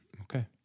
okay